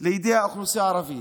לידי האוכלוסייה הערבית.